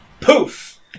poof